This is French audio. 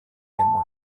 également